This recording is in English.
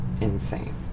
insane